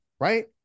right